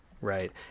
right